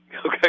Okay